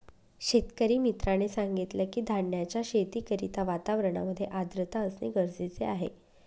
शेतकरी मित्राने सांगितलं की, धान्याच्या शेती करिता वातावरणामध्ये आर्द्रता असणे गरजेचे आहे